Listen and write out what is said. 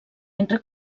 entre